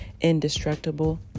indestructible